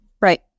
Right